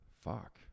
fuck